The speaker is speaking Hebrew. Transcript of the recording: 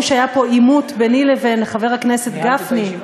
שהיה פה עימות ביני לבין חבר הכנסת גפני,